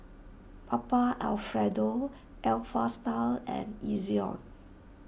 Papa Alfredo Alpha Style and Ezion